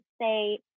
say